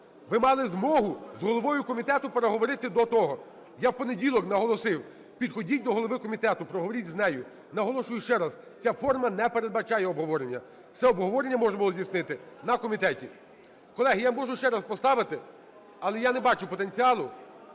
Ви мали змогу з головою комітету переговорити до того. Я в понеділок наголосив: підходіть до голови комітету, проговоріть з нею. Наголошую ще раз: ця форма не передбачає обговорення, це обговорення можемо здійснити на комітеті. Колеги, я можу ще раз поставити, але я не бачу потенціалу.